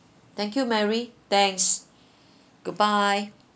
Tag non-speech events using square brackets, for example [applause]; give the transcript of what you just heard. thank you mary thanks [breath] goodbye